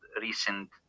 recent